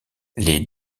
les